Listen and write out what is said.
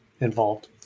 involved